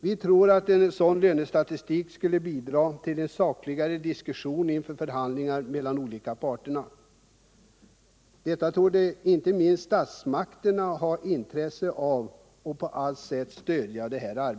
Vi tror att en sådan lönestatistik skulle bidra till en sakligare diskussion inför förhandlingar mellan de olika parterna. Detta borde inte minst statsmakterna ha intresse av att på allt sätt stödja.